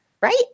right